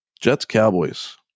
Jets-Cowboys